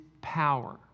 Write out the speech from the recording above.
power